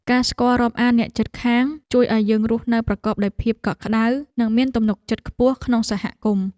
ការស្គាល់រាប់អានអ្នកជិតខាងជួយឱ្យយើងរស់នៅប្រកបដោយភាពកក់ក្តៅ និងមានទំនុកចិត្តខ្ពស់ក្នុងសហគមន៍។